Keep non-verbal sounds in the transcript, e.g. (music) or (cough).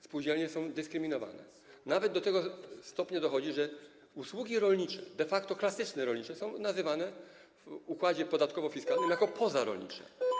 Spółdzielnie są dyskryminowane nawet do tego stopnia, dochodzi do tego, że usługi rolnicze, de facto klasyczne usługi rolnicze, są nazywane w układzie podatkowo-fiskalnym (noise) jako pozarolnicze.